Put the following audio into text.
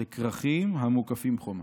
אלה כרכים המוקפים חומה,